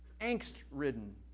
angst-ridden